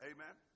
Amen